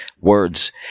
words